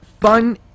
fun